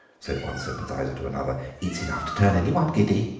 said one sympathiser to another it's enough to turn anyone giddy.